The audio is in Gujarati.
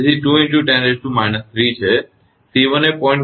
તેથી તે 2×10−3 છે અને 𝐶1 એ 0